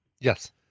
Yes